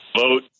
vote